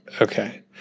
Okay